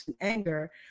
anger